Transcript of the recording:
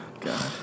God